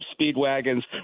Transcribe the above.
Speedwagon's